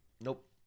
Nope